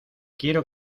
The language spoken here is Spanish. quiero